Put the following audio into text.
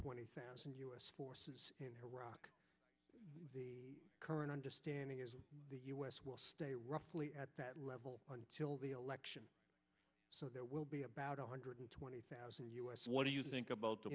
twenty thousand u s forces in iraq the current understanding is the u s will stay roughly at that level until the election so there will be about one hundred twenty thousand u s what do you think about the